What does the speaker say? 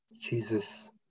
Jesus